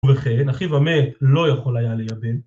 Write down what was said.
ובכן, אחיו המת לא יכול היה לייבם